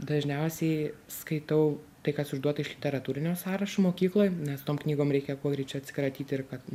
dažniausiai skaitau tai kas užduota iš literatūrinio sąrašo mokykloj nes tom knygom reikia kuo greičiau atsikratyt ir kad